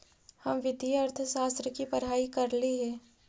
हम वित्तीय अर्थशास्त्र की पढ़ाई करली हे